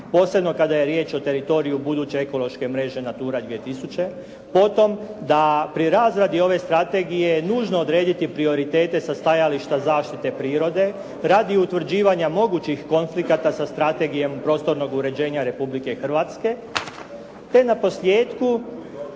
posebno kada je riječ o teritoriju buduće ekološke mreže Natura 2000, po tom da pri razradi ove strategije je nužno odrediti prioritete sa stajališta zaštite prirode radi utvrđivanja mogućih konflikata sa Strategijom prostornog uređenja Republike Hrvatske, te naposljetku